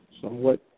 somewhat